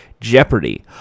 Jeopardy